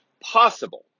possible